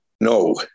No